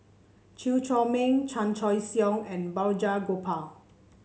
Chew Chor Meng Chan Choy Siong and Balraj Gopal